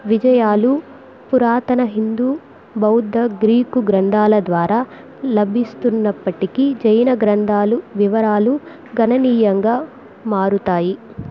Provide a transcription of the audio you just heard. విజయాలు పురాతన హిందూ బౌద్ధ గ్రీకు గ్రంథాల ద్వారా లభిస్తున్నప్పటికీ జైన గ్రంథాలు వివరాలు ఘననీయంగా మారుతాయి